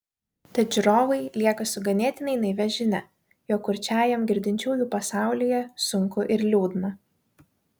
tad žiūrovai lieka su ganėtinai naivia žinia jog kurčiajam girdinčiųjų pasaulyje sunku ir liūdna